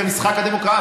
זה משחק הדמוקרטיה,